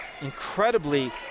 incredibly